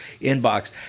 inbox